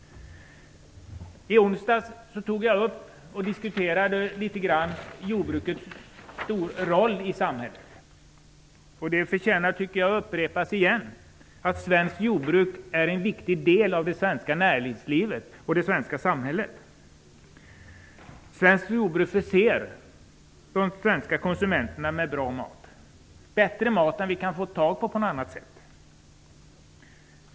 I onsdags tog jag upp jordbrukets roll i samhället. Det förtjänar att upprepas att svenskt jordbruk är en viktig del av det svenska näringslivet och det svenska samhället. Svenskt jordbruk förser de svenska konsumenterna med bättre mat än vi kan få tag i på annat sätt.